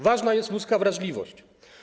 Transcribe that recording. Ważna jest ludzka wrażliwość”